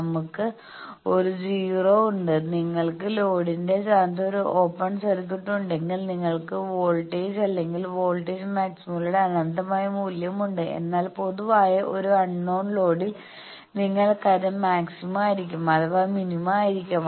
നമ്മൾക്ക് ഒരു 0 ഉണ്ട് നിങ്ങൾക്ക് ലോഡിന്റെ സ്ഥാനത്ത് ഒരു ഓപ്പൺ സർക്യൂട്ട് ഉണ്ടെങ്കിൽ നിങ്ങൾക്ക് വോൾട്ട് അല്ലെങ്കിൽ വോൾട്ടേജ് മാക്സിമയുടെ അനന്തമായ മൂല്യമുണ്ട് എന്നാൽ പൊതുവായ ഒരു അൺനോൺ ലോഡിൽ നിങ്ങൾക്കത് മാക്സിമ ആയിരിക്കാം അഥവാ മിനിമ ആയിരിക്കാം